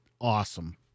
awesome